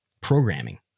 programming